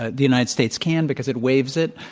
ah the united states can because it waives it.